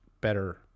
better